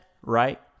right